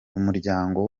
umuryango